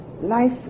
life